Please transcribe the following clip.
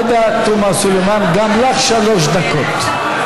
עאידה תומא סלימאן, גם לך שלוש דקות.